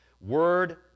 Word